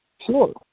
Sure